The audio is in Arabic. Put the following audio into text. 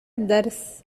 الدرس